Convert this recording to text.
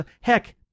Heck